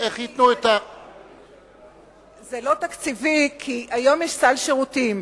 זה לא תקציבי כי היום יש סל שירותים.